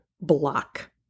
block